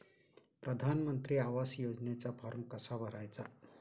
प्रधानमंत्री आवास योजनेचा फॉर्म कसा भरायचा?